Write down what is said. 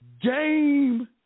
game